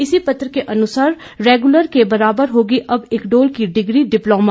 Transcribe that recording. इसी पत्र के अनुसार रेगुलर के बराबर होगी अब इक्डोल की डिग्री डिप्लोमा